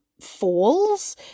falls